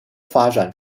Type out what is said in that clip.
发展